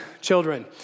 children